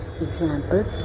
example